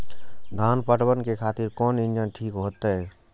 धान पटवन के खातिर कोन इंजन ठीक होते?